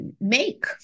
make